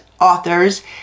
authors